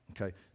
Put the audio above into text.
Okay